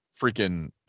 freaking